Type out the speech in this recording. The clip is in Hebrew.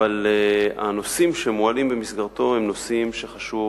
אבל הנושאים שמועלים במסגרתו הם נושאים שחשוב